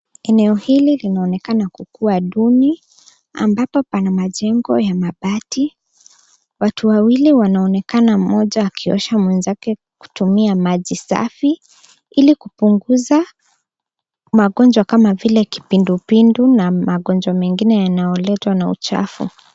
Eneo hili linaonekana kukuwa duni ambapo pana majengo ya mabati. Watu wawili wanaonekana, mmoja akiosha mikono kutumia maji safi ili kupunguza magonjwa kama vile kipindupindu na magonjwa mengine yanayoletwa na uchafu.